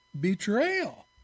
betrayal